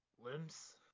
limbs